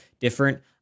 different